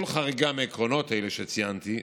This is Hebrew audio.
כל חריגה מעקרונות אלה שציינתי,